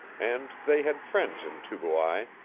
and they had friends in tubuai,